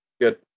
Good